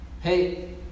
Hey